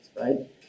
right